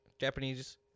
Japanese